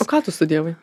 o ką tu studijavai